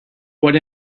what